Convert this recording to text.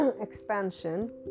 expansion